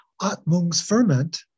Atmungsferment